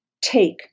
take